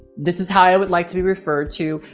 this is how i would like to be referred to.